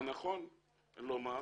מה נכון לומר?